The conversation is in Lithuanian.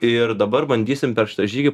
ir dabar bandysim per šitą žygį